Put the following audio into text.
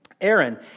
Aaron